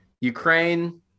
ukraine